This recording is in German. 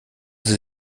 sie